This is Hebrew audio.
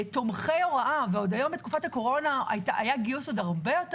תומכי הוראה והיום בתקופת הקורונה היה גיוס הרבה יותר